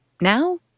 Now